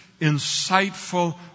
insightful